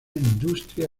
industria